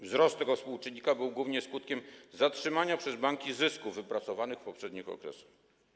Wzrost tego współczynnika był głównie skutkiem zatrzymania przez banki zysków wypracowanych w poprzednich okresach.